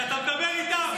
כי אתה מדבר איתם.